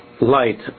light